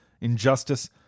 injustice